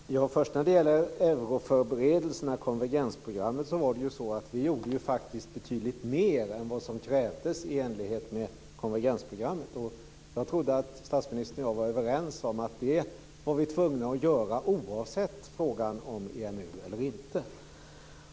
Herr talman! När det först gäller euroförberedelserna gjorde vi ju faktiskt betydligt mer än vad som krävdes enligt konvergensprogrammet. Jag trodde att statsministern och jag var överens om att vi var tvungna att göra detta oavsett frågan om EMU medlemskap eller inte.